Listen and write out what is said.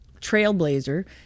trailblazer